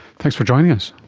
thanks for joining us.